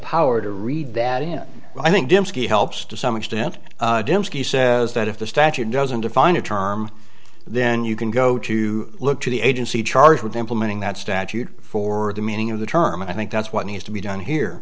power to read that in i think dembski helps to some extent dembski says that if the statute doesn't define a term then you can go to look to the agency charged with implementing that statute for the meaning of the term and i think that's what needs to be done here